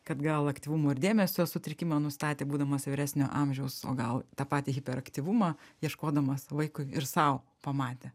kad gal aktyvumo ir dėmesio sutrikimą nustatė būdamas vyresnio amžiaus o gal tą patį hiperaktyvumą ieškodamas vaikui ir sau pamatė